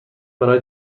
برای